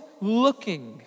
looking